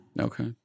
Okay